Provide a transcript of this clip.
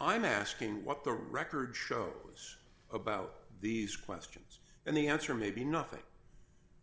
i'm asking what the record shows about these questions and the answer may be nothing